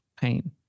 pain